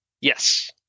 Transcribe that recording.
Yes